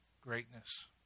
greatness